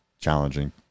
challenging